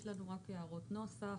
יש לנו רק הערות נוסח.